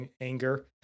anger